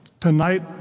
Tonight